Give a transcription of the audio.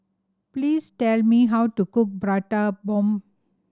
please tell me how to cook Prata Bomb